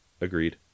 agreed